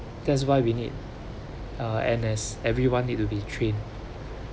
that's why we need a N_S everyone need to be trained